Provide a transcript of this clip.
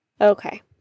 Okay